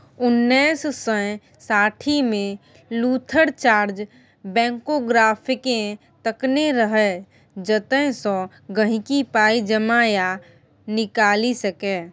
उन्नैस सय साठिमे लुथर जार्ज बैंकोग्राफकेँ तकने रहय जतयसँ गांहिकी पाइ जमा या निकालि सकै